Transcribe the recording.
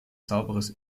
sauberes